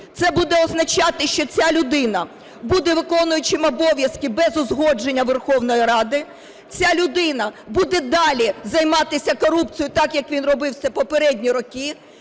Це буде означати, що ця людина буде виконуючим обов'язки без узгодження Верховної Ради, ця людина буде далі займатися корупцією так, як він робив це попередні роки,